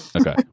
okay